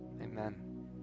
Amen